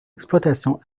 exploitations